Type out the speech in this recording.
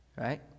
right